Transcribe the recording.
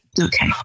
Okay